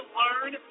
learn